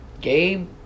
Gabe